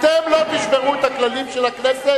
אתם לא תשברו את הכללים של הכנסת,